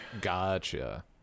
Gotcha